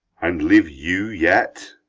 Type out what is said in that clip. and live you yet?